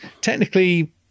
technically